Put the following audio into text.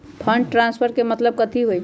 Fund transfer के मतलब कथी होई?